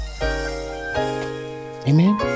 Amen